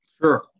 Sure